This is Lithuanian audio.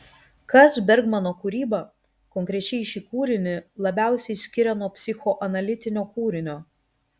kas bergmano kūrybą konkrečiai šį kūrinį labiausiai skiria nuo psichoanalitinio kūrinio